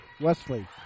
Wesley